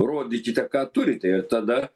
rodykite ką turite ir tada